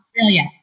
Australia